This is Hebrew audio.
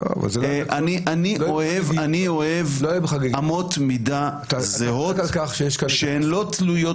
אני אוהב אמות מידה זהות שלא תלויות